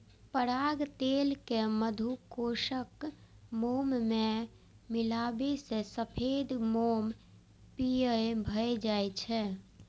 पराग तेल कें मधुकोशक मोम मे मिलाबै सं सफेद मोम पीयर भए जाइ छै